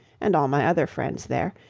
and all my other friends there,